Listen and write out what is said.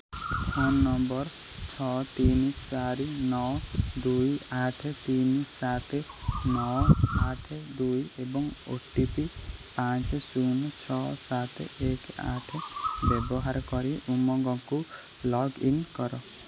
phone number ଛଅ ତିନି ଚାରି ନଅ ଦୁଇ ଆଠ ତିନି ସାତ ନଅ ଆଠ ଦୁଇ ଏବଂ ଓ ଟି ପି ପାଞ୍ଚ ଶୂନ ଛଅ ସାତ ଏକ ଆଠ ବ୍ୟବହାର କରି ଉମଙ୍ଗକୁ ଲଗ୍ଇନ କର